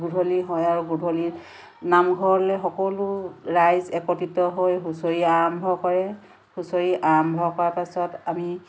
গধূলি হয় আৰু গধূলি নামঘৰলৈ সকলো ৰাইজ একত্ৰিত হৈ হুঁচৰি আৰম্ভ কৰে হুঁচৰি আৰম্ভ কৰাৰ পাছত আমি